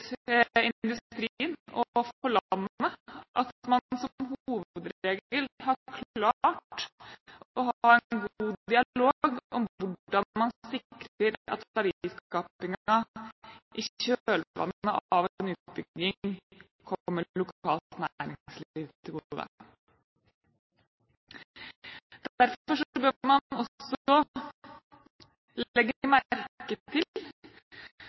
for landet at man som hovedregel har klart å ha en god dialog om hvordan man sikrer at verdiskapingen i kjølvannet av en utbygging kommer lokalt næringsliv til gode.